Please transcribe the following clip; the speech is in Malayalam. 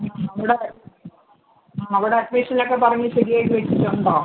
ആ അവിടെ അവിടെ അഡ്മിഷനൊക്കെ പറഞ്ഞ് ശരിയാക്കി വെച്ചിട്ടുണ്ടോ